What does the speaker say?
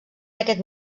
aquest